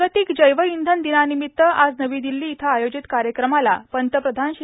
जागतिक जैवइंधन दिनानिमित्त आज नवी दिल्ली इथं आयोजित कार्यक्रमाला पंतप्रधान श्री